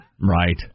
Right